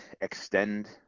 extend